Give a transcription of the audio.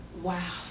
Wow